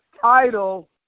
title